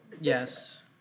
Yes